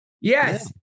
yes